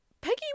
Peggy